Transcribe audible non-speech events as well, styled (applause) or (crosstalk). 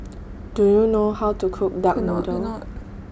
Do YOU know How to Cook (noise) Duck Noodle